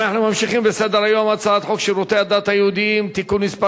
אנחנו ממשיכים בסדר-היום: הצעת חוק שירותי הדת היהודיים (תיקון מס'